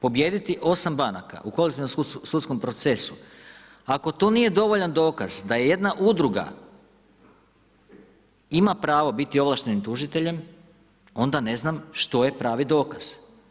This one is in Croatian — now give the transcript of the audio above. Pobijediti 8 banaka u kolektivnom sudskom procesu, ako to nije dovoljan dokaz da je jedna udruga ima pravo biti ovlaštenim tužiteljem, onda ne znam što je pravi dokaz.